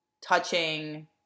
touching